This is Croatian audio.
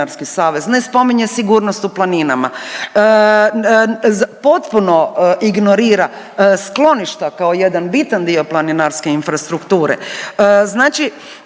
Ne spominje sigurnost u planinama. Potpuno ignorira skloništa kao jedan bitan dio planinarske infrastrukture.